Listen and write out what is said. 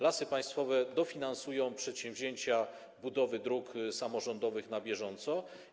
Lasy Państwowe dofinansowują przedsięwzięcia, budowę dróg samorządowych na bieżąco.